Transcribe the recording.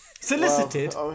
Solicited